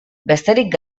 besterik